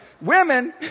Women